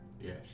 Yes